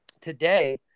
today